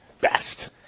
best